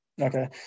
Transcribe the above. okay